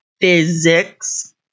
physics